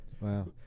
Wow